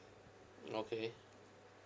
okay